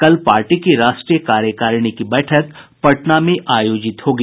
कल पार्टी की राष्ट्रीय कार्यकारिणी की बैठक पटना में आयोजित होगी